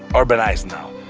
um urbanized now,